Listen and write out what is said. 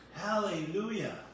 Hallelujah